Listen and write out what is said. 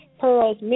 Pearl's